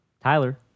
tyler